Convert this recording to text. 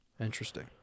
interesting